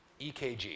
EKG